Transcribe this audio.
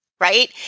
right